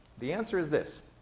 the answer is this.